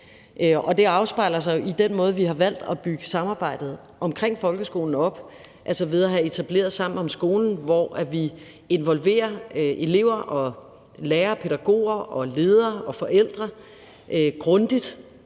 det afspejler sig i den måde, vi har valgt at bygge samarbejdet omkring folkeskolen op på, altså ved at have etableret Sammen om Skolen, hvor vi involverer elever og lærere og pædagoger og ledere og forældre grundigt